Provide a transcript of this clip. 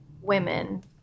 women